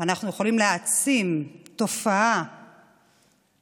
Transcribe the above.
אנחנו יכולים להעצים ולומר שזאת תופעה בזויה,